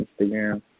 Instagram